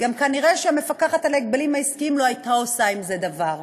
כנראה גם המפקחת על ההגבלים העסקיים לא הייתה עושה עם זה דבר.